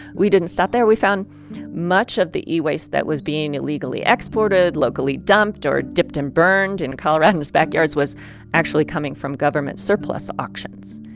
we didn't stop there. we found much of the e-waste that was being illegally exported, locally dumped or dipped and burned in coloradans' backyards was actually coming from government surplus auctions.